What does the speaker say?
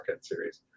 series